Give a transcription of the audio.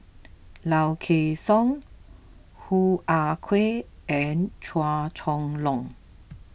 Low Kway Song Hoo Ah Kay and Chua Chong Long